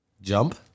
Jump